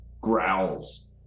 growls